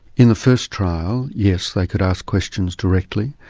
in the first trial, yes, they could ask questions directly.